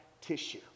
tissue